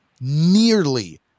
nearly